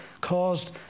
caused